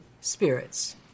Spirits